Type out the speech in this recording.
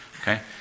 Okay